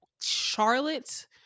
charlotte